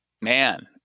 man